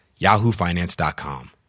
yahoofinance.com